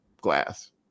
glass